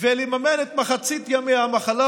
ולממן את מחצית ימי המחלה,